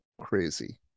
crazy